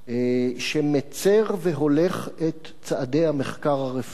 שמצר והולך את צעדי המחקר הרפואי.